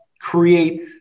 create